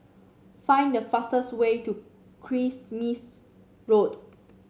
find the fastest way to Kismis Road